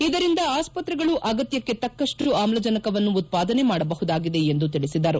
ಇದರಿಂದ ಆಸ್ಪತ್ರೆಗಳು ಅಗತ್ಯಕ್ಷೆ ತಕ್ಕಷ್ಟು ಆಮ್ಲಜನಕವನ್ನು ಉತ್ಪಾದನೆ ಮಾಡಬಹುದಾಗಿದೆ ಎಂದು ತಿಳಿಸಿದರು